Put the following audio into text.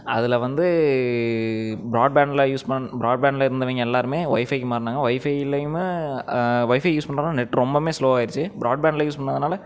அதில் வந்து ப்ராட் பேண்ட்டில் யூஸ் பண் ப்ராட் பேண்ட்டில் இருந்தவங்க எல்லாேருமே ஒய்ஃபைக்கு மாறினாங்க ஒய்ஃபைலேயுமே ஒய்ஃபை யூஸ் பண்ணுறவங்க நெட்டு ரொம்பவுமே ஸ்லோ ஆகிடுச்சு ப்ராட் பேண்ட்டில் யூஸ் பண்ணிணதுனால